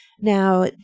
Now